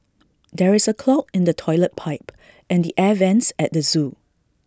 there is A clog in the Toilet Pipe and the air Vents at the Zoo